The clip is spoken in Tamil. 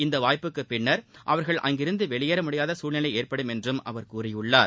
இந்த வாய்ப்புக்கு பின்னர் அவர்கள் அங்கிருந்து வெளியேற முடியாத சூழ்நிலை ஏற்படும் என்று அவர் கூறியுள்ளார்